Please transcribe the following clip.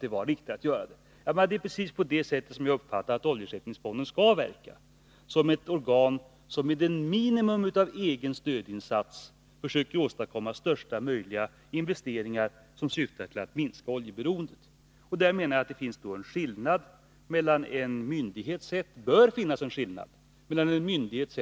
Det är precis på det sättet som oljeersättningsfonden enligt min uppfattning skall verka, dvs. som ett organ som med ett minimum av egen stödinsats försöker åstadkomma största möjliga investeringar som syftar till att minska oljeberoendet. Det bör här i princip finnas en skillnad mellan en myndighets